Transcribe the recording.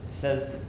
says